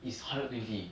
it's hundred twenty